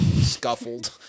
scuffled